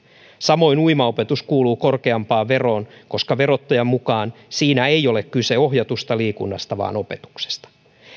samoin uimaopetus kuuluu korkeampaan veroon koska verottajan mukaan siinä ei ole kyse ohjatusta liikunnasta vaan opetuksesta on